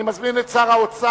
אני מזמין את שר האוצר